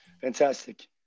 Fantastic